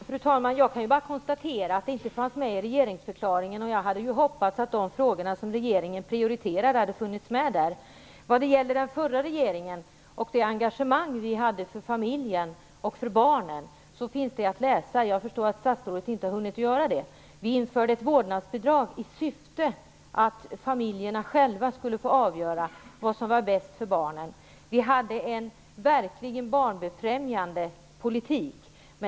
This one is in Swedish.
Fru talman! Jag kan bara konstatera att detta inte fanns med i regeringsförklaringen. Jag hade hoppats att de frågor som regeringen prioriterar skulle ha funnits med där. Vad gäller den förra regeringens engagemang för familjen och för barnen förstår jag att statsrådet inte har hunnit studera det som finns att läsa om det. Vi införde ett vårdnadsbidrag i syfte att familjerna själva skulle få avgöra vad som är bäst för barnen. Vi hade verkligen en barnbefrämjande politik.